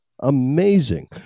Amazing